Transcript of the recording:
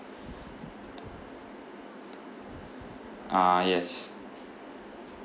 uh yes